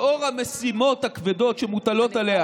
לאור המשימות הכבדות שמוטלות עליה,